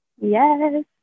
Yes